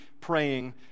praying